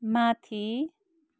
माथि